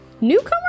newcomer